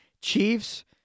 Chiefs